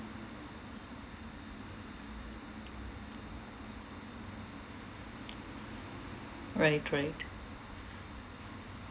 right right